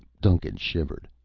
duncan shivered,